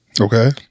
Okay